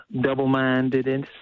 double-mindedness